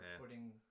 putting